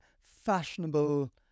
fashionable